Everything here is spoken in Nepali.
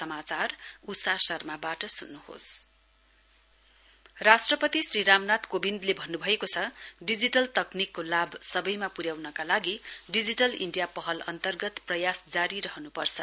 प्रेसिडेन्ट राष्ट्रपति श्री रामनाथ कोविन्दले भन्नुभएको छ डिजिटल तकनिकको लाभ सबैमा पुर्याउनका लागि डिजिटल इण्डिया पहल अन्तर्गत प्रयास जारी रहनुपर्छ